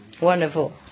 Wonderful